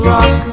Rock